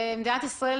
מדינת ישראל,